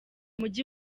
mujyi